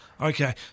okay